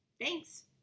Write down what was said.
Thanks